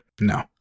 no